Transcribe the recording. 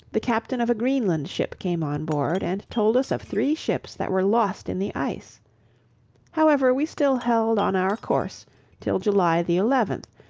the captain of a greenland ship came on board, and told us of three ships that were lost in the ice however we still held on our course till july the eleventh,